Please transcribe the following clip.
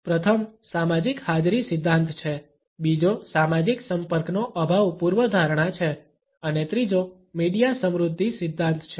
પ્રથમ સામાજિક હાજરી સિદ્ધાંત છે બીજો સામાજિક સંપર્કનો અભાવ પૂર્વધારણા છે અને ત્રીજો મીડિયા સમૃદ્ધિ સિદ્ધાંત છે